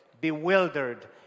bewildered